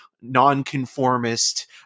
nonconformist